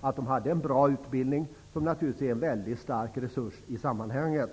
att de hade en bra utbildning. Det är naturligtvis en väldigt stark resurs i sammanhanget.